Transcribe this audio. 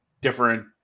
different